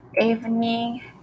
evening